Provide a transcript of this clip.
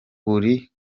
buri